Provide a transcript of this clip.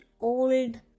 old